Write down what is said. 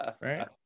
right